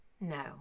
No